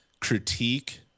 critique